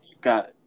got